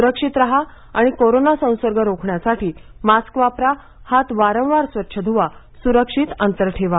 सुरक्षित राहा आणि कोरोना संसर्ग रोखण्यासाठी मास्क वापरा हात वारंवार स्वच्छ ध्वा सुरक्षित अंतर ठेवा